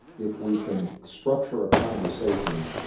if we can structure a conversation